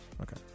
Okay